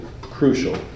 crucial